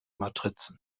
matrizen